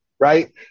Right